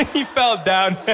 he fell down!